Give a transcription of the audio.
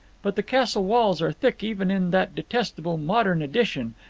but the castle walls are thick even in that detestable modern addition,